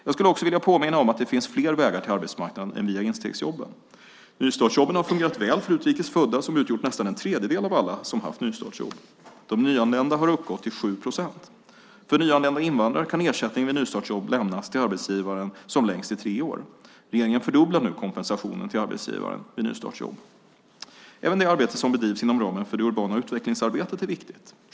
Jag skulle också vilja påminna om att det finns fler vägar till arbetsmarknaden än via instegsjobben. Nystartsjobben har fungerat väl för utrikes födda, som utgjort nästan en tredjedel av alla som haft nystartsjobb. De nyanlända har uppgått till 7 procent. För nyanlända invandrare kan ersättning vid nystartsjobb lämnas till arbetsgivaren som längst i tre år. Regeringen fördubblar nu kompensationen till arbetsgivaren vid nystartsjobb. Även det arbete som bedrivs inom ramen för det urbana utvecklingsarbetet är viktigt.